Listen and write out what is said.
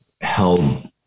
held